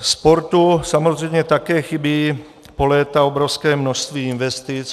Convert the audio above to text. Sportu samozřejmě také chybí po léta obrovské množství investic.